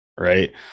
right